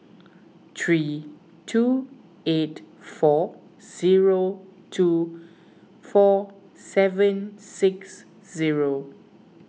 three two eight four zero two four seven six zero